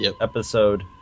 episode